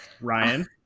Ryan